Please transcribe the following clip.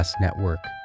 Network